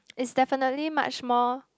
is definitely much more